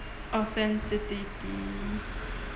authenticity